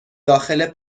داخل